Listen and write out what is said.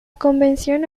convención